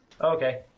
Okay